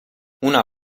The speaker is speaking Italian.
una